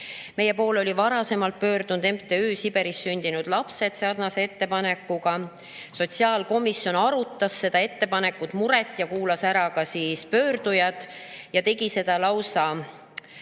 Meie poole oli varasemalt pöördunud Siberis sündinud laste MTÜ sarnase ettepanekuga. Sotsiaalkomisjon arutas seda ettepanekut, muret, kuulas ära ka pöördujad ja tegi seda lausa viiel